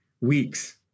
weeks